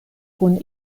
kun